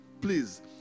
Please